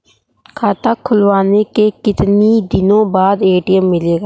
खाता खुलवाने के कितनी दिनो बाद ए.टी.एम मिलेगा?